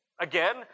again